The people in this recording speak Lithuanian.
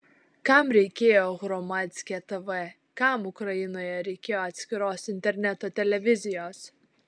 kam reikėjo hromadske tv kam ukrainoje reikėjo atskiros interneto televizijos